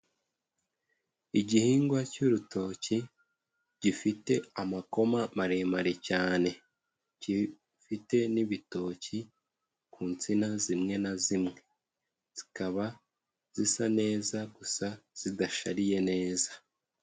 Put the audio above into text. Igihingwa cy'urutoki gifite amakoma maremare cyane, gifite n'ibitoki ku nsina zimwe na zimwe, zikaba zisa neza gusa zidashariye neza.